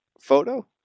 photo